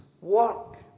work